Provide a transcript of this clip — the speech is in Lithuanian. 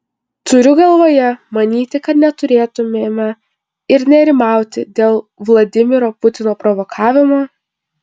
turiu galvoje manyti kad neturėtumėme ir nerimauti dėl vladimiro putino provokavimo